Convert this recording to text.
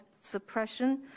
suppression